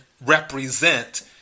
represent